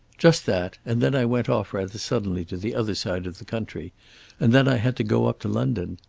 just that and then i went off rather suddenly to the other side of the country and then i had to go up to london.